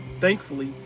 thankfully